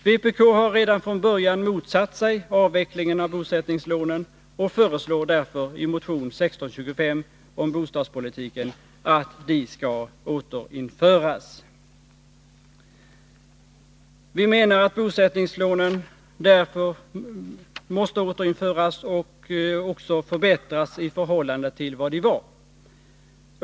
Vpk har redan från början motsatt sig avveckling av bosättningslånen och föreslår därför i motion 1625 om bostadspolitiken att de skall återinföras. Vi menar att bosättningslånen måste återinföras och förbättras i förhållande till vad de var.